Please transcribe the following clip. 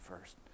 first